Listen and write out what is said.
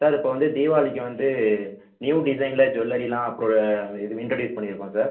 sir இப்போ வந்து தீபாளிக்கு வந்து நியூ டிசைனில் ஜுவல்லரிலாம் போல இண்ட்ரடியூஸ் பண்ணியிருக்கோம் சார்